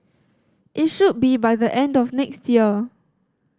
it should be by the end of next year